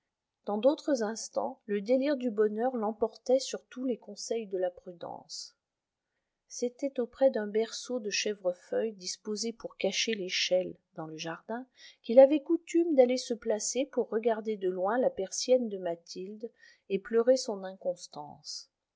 dans d'autres instants le délire du bonheur l'emportait sur tous les conseils de la prudence c'était auprès d'un berceau de chèvrefeuilles disposé pour cacher l'échelle dans le jardin qu'il avait coutume d'aller se placer pour regarder de loin la persienne de mathilde et pleurer son inconstance